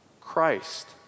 christ